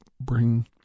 bring